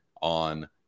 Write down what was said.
on